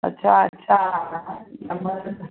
अच्छा अच्छा